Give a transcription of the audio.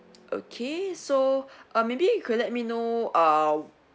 okay so err maybe you could let me know err